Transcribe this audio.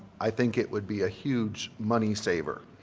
i think it would be a huge money saver.